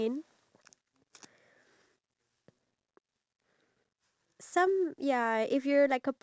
if you're lazy at your job then don't go around complaining that like oh the government didn't increase my pay